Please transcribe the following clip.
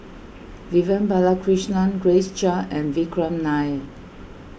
Vivian Balakrishnan Grace Chia and Vikram Nair